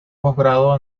postgrado